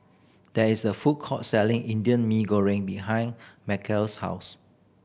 there is a food court selling Indian Mee Goreng behind Markel's house